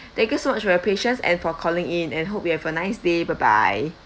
thank you so much for your patience and for calling in and hope you have a nice day bye bye